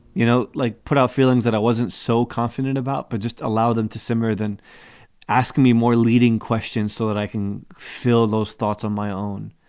you know, like put out feelings that i wasn't so confident about. but just allow them to simmer than ask me more leading questions so that i can fill those thoughts on my own.